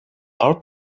our